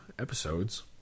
episodes